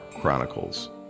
Chronicles